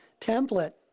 template